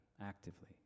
actively